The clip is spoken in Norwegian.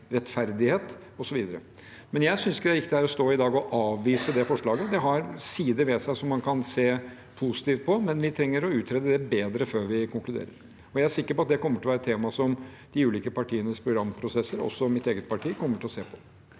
rettferdighet osv. Jeg synes ikke det er riktig å stå her i dag og avvise det forslaget. Det har sider ved seg som man kan se posi tivt på. Men vi trenger å utrede det bedre før vi konkluderer. Jeg er sikker på at det kommer til å være et tema som de ulike partienes programprosesser, også mitt eget parti, kommer til å se på.